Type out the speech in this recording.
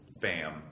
spam